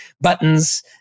buttons